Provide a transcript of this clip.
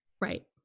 Right